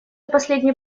последние